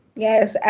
yes.